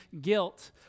guilt